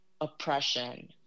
oppression